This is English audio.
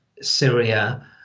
Syria